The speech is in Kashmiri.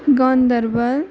گاندَربل